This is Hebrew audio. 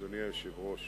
אדוני היושב-ראש.